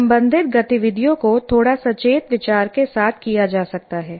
संबंधित गतिविधियों को थोड़ा सचेत विचार के साथ किया जा सकता है